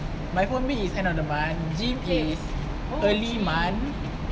my phone bill is end of the month gym is early month